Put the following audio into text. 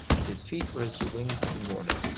and his feet were as the wings of the morning,